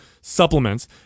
supplements